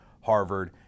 Harvard